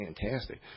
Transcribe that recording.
fantastic